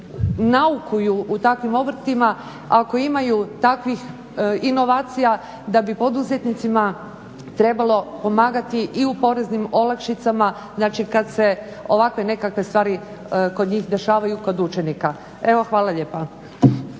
naukuju u takvim obrtima ako imaju takvih inovacija da bi poduzetnicima trebalo pomagati i u poreznim olakšicama, znači kada se ovakve nekakve stvari kod njih dešavaju kod učenika. Evo hvala lijepa.